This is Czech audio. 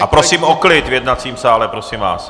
A prosím o klid v jednacím sále, prosím vás.